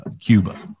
Cuba